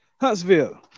Huntsville